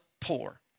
poor